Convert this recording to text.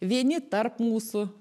vieni tarp mūsų